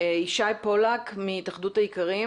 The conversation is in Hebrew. ישי פולק מהתאחדות האיכרים.